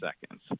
seconds